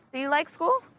do you like school?